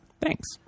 thanks